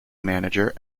manager